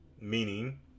meaning